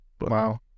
Wow